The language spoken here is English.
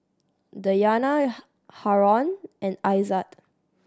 Dayana Haron and Aizat